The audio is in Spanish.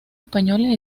españoles